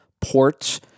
ports